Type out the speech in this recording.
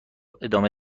ادامه